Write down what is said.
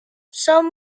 some